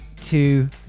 two